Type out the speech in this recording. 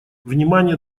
внимание